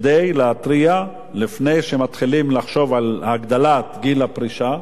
כדי להתריע לפני שמתחילים לחשוב על העלאת גיל הפרישה